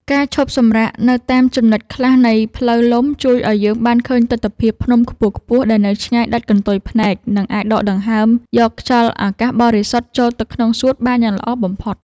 ការឈប់សម្រាកនៅតាមចំណុចខ្លះនៃផ្លូវលំជួយឱ្យយើងបានឃើញទិដ្ឋភាពភ្នំខ្ពស់ៗដែលនៅឆ្ងាយដាច់កន្ទុយភ្នែក និង អាចដកដង្ហើមយកខ្យល់អាកាសបរិសុទ្ធចូលទៅក្នុងសួតបានយ៉ាងល្អបំផុត។